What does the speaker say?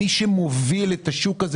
מי שמוביל את השוק הזה